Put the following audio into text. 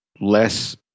less